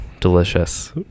Delicious